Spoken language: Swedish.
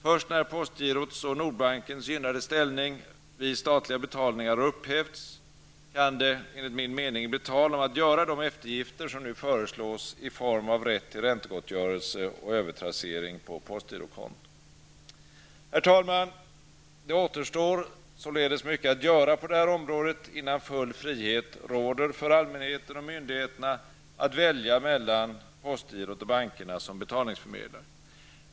Först när postgirots och Nordbankens gynnade ställning vid statliga betalningar har upphävts, kan det, enligt min mening, bli tal om att göra de eftergifter som nu föreslås i form av rätt till räntegottgörelse och övertrassering på postgirokonto. Herr talman! Det återstår således mycket att göra på detta område innan full frihet råder för allmänheten och myndigheterna att välja mellan postgirot och bankerna som betalningsförmedlare.